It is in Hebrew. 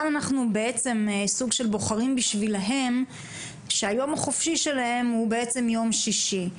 אנחנו כאן בוחרים בשבילם שהיום החופשי שלהם הוא יום שישי.